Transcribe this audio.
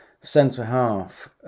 centre-half